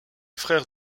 frère